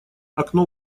окно